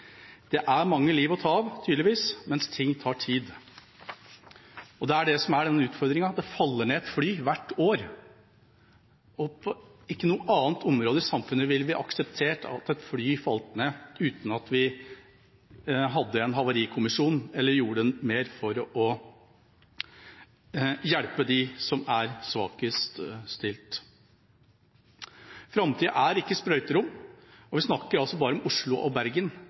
mange liv å ta av, tydeligvis, mens ting tar tid. Det er det som er utfordringen: Det faller ned et fly hvert år, og ikke på noe annet område i samfunnet ville vi akseptert at et fly falt ned uten at vi hadde en havarikommisjon – eller gjorde mer for å hjelpe dem som er svakest stilt. Framtida er ikke sprøyterom, og vi snakker altså bare om Oslo og Bergen.